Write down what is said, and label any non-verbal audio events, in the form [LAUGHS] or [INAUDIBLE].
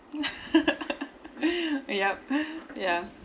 [LAUGHS] yup ya